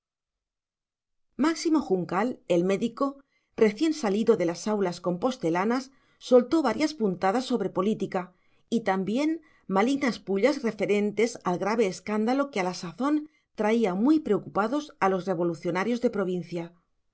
máximo juncal el médico recién salido de las aulas compostelanas soltó varias puntadas sobre política y también malignas pullas referentes al grave escándalo que a la sazón traía muy preocupados a los revolucionarios de provincia